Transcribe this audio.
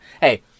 hey